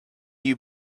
you